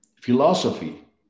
philosophy